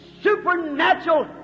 supernatural